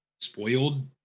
spoiled